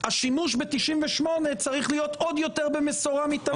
השימוש ב-98 צריך להיות עוד יותר במשורה מתמיד.